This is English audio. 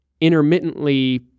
intermittently